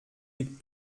mit